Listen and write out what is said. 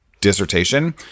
dissertation